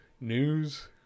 news